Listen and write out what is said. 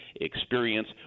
experience